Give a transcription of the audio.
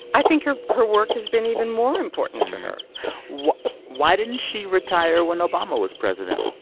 i think her her work has been even more important to her why why didn't she retire when obama was president?